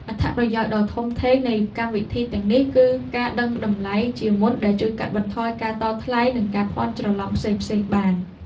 អត្ថប្រយោជន៍ដ៏ធំធេងនៃកម្មវិធីទាំងនេះគឺការដឹងតម្លៃជាមុនដែលជួយកាត់បន្ថយការតថ្លៃនិងការភាន់ច្រឡំផ្សេងៗបាន។